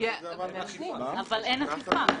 אבל אין אכיפה.